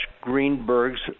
Greenberg's